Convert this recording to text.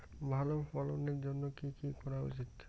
ভালো ফলনের জন্য কি কি করা উচিৎ?